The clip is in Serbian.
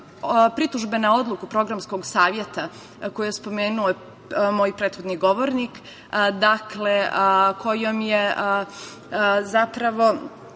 pritužbe na odluke programskog saveta koji je spomenuo moj prethodni govornik, kojom je zapravo